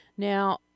Now